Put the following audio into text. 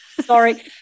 sorry